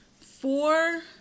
Four